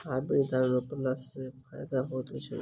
Hybrid धान रोपला सँ की फायदा होइत अछि?